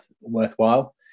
worthwhile